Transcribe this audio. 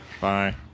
Bye